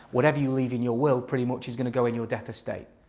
whatever you leave in your will pretty much is going to go in your death estate.